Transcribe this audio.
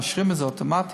מאשרים את זה אוטומטית.